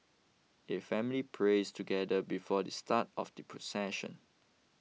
a family prays together before the start of the procession